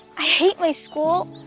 i hate my school.